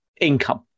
income